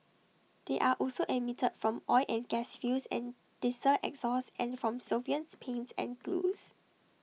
they are also emitted from oil and gas fields and diesel exhaust and from solvents paints and glues